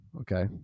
Okay